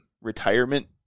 retirement